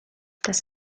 das